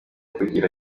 kugira